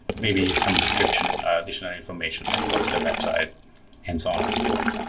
may be some description, additional information like what is that website and so on and so forth.